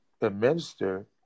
administer